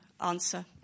answer